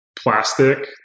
plastic